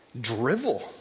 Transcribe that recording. Drivel